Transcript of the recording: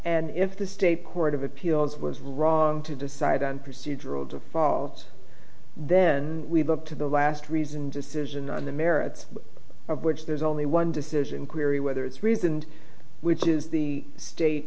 and if the state court of appeals was wrong to decide on procedural default then we look to the last reasoned decision on the merits of which there's only one decision query whether it's reasoned which is the state